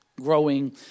growing